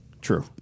True